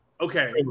Okay